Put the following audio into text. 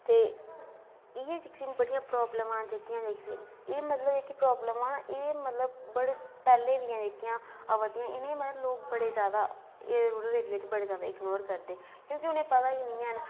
ते इं'या चीज़ें दियां बड़ियां प्रॉब्लमां न जेह्कियां कुसै ई एह् मतलब जेह्कियां प्रॉब्लमां न उ'नें ई मतलब बड़े पैह्लें दियां जेह्कियां आवा दियां इ'नें ईं मतलब लोक बड़े जादा एह् रूरल एरिया च बड़े जादा इग्नोर करदे क्योंकि उ'नें पता निं ऐं